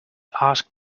asked